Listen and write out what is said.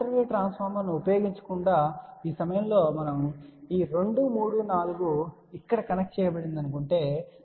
quarter wave ట్రాన్స్ఫార్మర్ను ఉపయోగించకుండా ఈ సమయంలోనే ఈ 2 3 4 ఇక్కడ కనెక్ట్ చేయబడిందని చెప్పండి